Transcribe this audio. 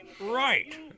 Right